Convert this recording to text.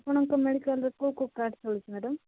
ଆପଣଙ୍କ ମେଡ଼ିକାଲ୍ରେ କେଉଁ କେଉଁ କାର୍ଡ଼୍ ଚଳୁଛି ମ୍ୟାଡ଼ାମ୍